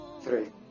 Three